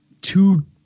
two